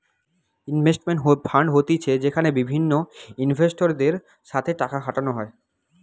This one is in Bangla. ইনভেস্টমেন্ট ফান্ড মানে হতিছে যেখানে বিভিন্ন ইনভেস্টরদের সাথে টাকা খাটানো হয়